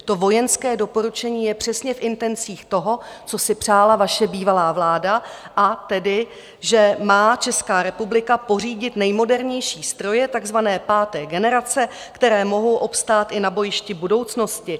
To vojenské doporučení je přesně v intencích toho, co si přála vaše bývalá vláda, a tedy že má Česká republika pořídit nejmodernější stroje takzvané páté generace, které mohou obstát i na bojišti budoucnosti.